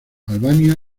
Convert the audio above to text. albania